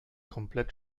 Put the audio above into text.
komplett